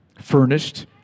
furnished